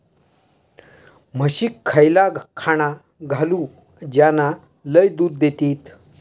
म्हशीक खयला खाणा घालू ज्याना लय दूध देतीत?